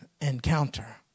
encounter